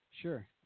Sure